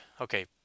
Okay